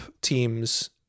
teams